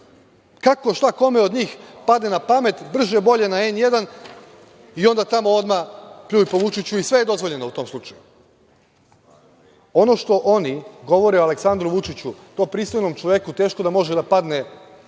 Kako šta kome od njih padne na pamet brže-bolje na N1 i onda tamo odmah pljuju po Vučiću i sve je dozvoljeno u tom slučaju. Ono što oni govore o Aleksandru Vučiću, to pristojnom čoveku teško da može da padne